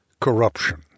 corruption